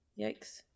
yikes